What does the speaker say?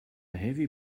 heavy